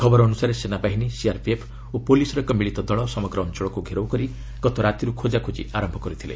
ଖବର ଅନୁସାରେ ସେନାବାହିନୀ ସିଆର୍ପିଏଫ୍ ଓ ପୁଲିସ୍ର ଏକ ମିଳିତ ଦଳ ସମଗ୍ର ଅଞ୍ଚଳକୁ ଘେରାଉ କରି ଗତ ରାତିରୁ ଖୋଜାଖୋଜି ଆରମ୍ଭ କରିଥିଲେ